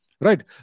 Right